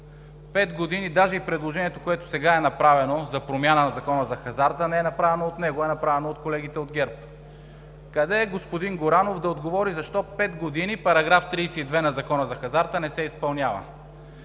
години даже и предложението, което сега е направено за промяна на Закона за хазарта, не е направено от него, а е направено от колегите от ГЕРБ. Къде е господин Горанов да отговори защо пет години § 32 на Закона за хазарта не се изпълнява?